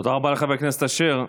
תודה רבה לחבר הכנסת אשר.